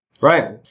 Right